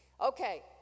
okay